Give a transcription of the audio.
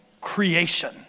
creation